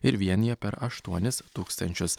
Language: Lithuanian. ir vienija per aštuonis tūkstančius